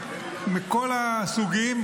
מכל הסוגים,